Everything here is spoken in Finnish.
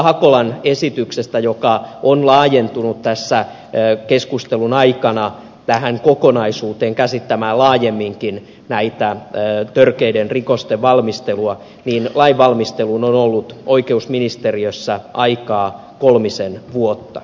hakolan esityksestä joka on laajentunut tässä keskustelun aikana tähän kokonaisuuteen käsittämään laajemminkin törkeiden rikosten valmistelua lainvalmisteluun on ollut oikeusministeriössä aikaa kolmisen vuotta